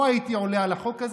לא הייתי עולה על החוק הזה,